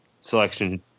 selection